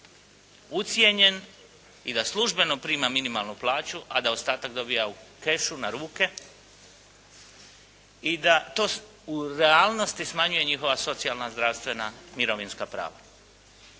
ucijenjen i da službeno prima minimalnu plaću a da ostatak dobiva u kešu na ruke. I da to u realnosti smanjuje njihova socijalna, zdravstvena, mirovinska prava.